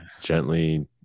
gently